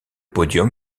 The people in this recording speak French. podium